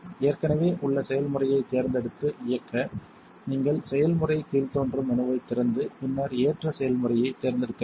ஏற்கனவே உள்ள செய்முறையைத் தேர்ந்தெடுத்து இயக்க நீங்கள் செயல்முறை கீழ்தோன்றும் மெனுவைத் திறந்து பின்னர் ஏற்ற செய்முறையைத் தேர்ந்தெடுக்க வேண்டும்